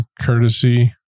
courtesy